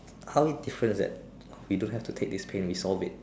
how it's different that we don't have to take these pain we solve it